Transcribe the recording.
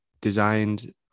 designed